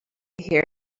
hear